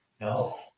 No